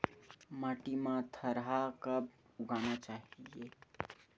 माटी मा थरहा कब उगाना चाहिए?